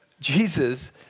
Jesus